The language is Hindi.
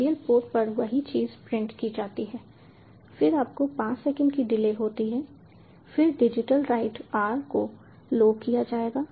सीरियल पोर्ट पर वही चीज़ प्रिंट की जाती है फिर आपको 5 सेकंड की डिले होती है फिर digitalWrite r को लो किया जाएगा